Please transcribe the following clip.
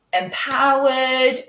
empowered